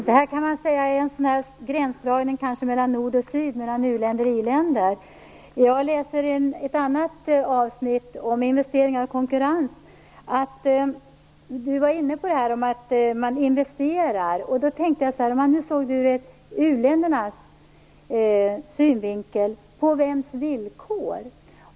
Herr talman! Det här kan man kanske säga är en gränsdragning mellan nord och syd, mellan u-länder och i-länder. Jag läser i ett annat avsnitt, om investeringar och konkurrens, som statsrådet var inne på. Då tänkte jag att om man nu såg det ur u-ländernas synvinkel: På vems villkor investerar man?